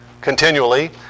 continually